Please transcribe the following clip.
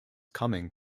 coming